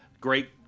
Great